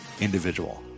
individual